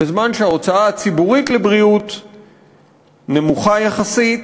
בזמן שההוצאה הציבורית לבריאות נמוכה יחסית.